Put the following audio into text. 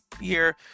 year